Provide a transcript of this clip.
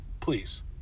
Please